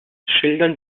schildern